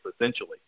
essentially